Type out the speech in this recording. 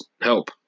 help